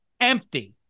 empty